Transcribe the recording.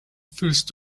first